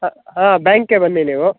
ಹಂ ಹಾಂ ಬ್ಯಾಂಕ್ಗೆ ಬನ್ನಿ ನೀವು